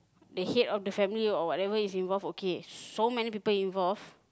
they hate all the family or whatever is involve okay so many people involve